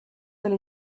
oli